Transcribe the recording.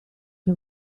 che